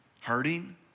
hurting